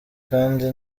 kandi